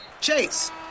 Chase